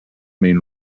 mean